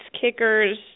kickers